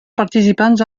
participants